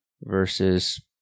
versus